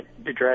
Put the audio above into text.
address